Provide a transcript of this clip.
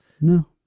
No